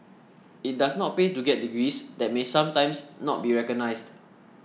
it does not pay to get degrees that may sometimes not be recognised